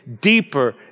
deeper